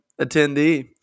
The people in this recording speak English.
attendee